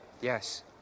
Yes